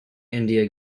india